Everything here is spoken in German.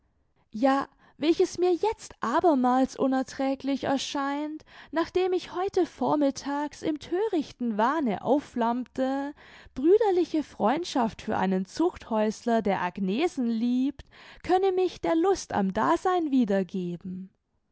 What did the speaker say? ja welches mir jetzt abermals unerträglich erscheint nachdem ich heute vormittags im thörichten wahne aufflammte brüderliche freundschaft für einen zuchthäusler der agnesen liebt könne mich der lust am dasein wiedergeben